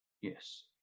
Yes